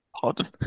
pardon